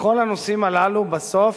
בכל הנושאים הללו בסוף